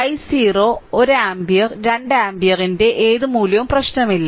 i0 1 ampere 2 ആമ്പിയറിന്റെ ഏത് മൂല്യവും പ്രശ്നമല്ല